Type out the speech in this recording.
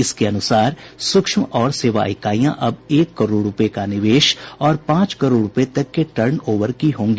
इसके अनुसार सूक्ष्म और सेवा इकाईयां अब एक करोड़ रुपये का निवेश और पांच करोड़ रुपये तक के टर्नओवर की होंगी